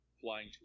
flying